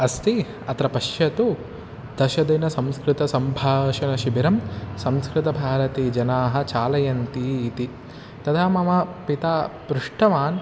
अस्ति अत्र पश्यतु दशदिनसंस्कृतसम्भाषणशिबिरं संस्कृतभारतीजनाः चालयन्ति इति तदा मम पिता पृष्टवान्